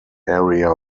area